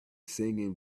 singing